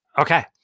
Okay